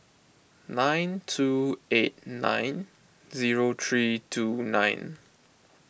nine two eight nine zero three two nine